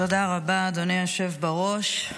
תודה רבה, אדוני היושב בראש.